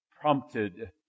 prompted